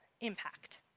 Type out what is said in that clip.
impact